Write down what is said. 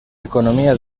economía